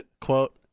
Quote